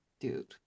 dude